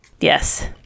Yes